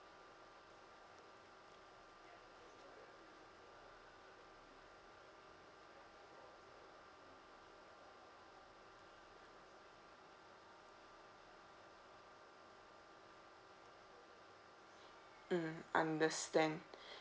mm understand